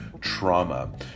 trauma